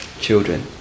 children